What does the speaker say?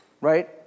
right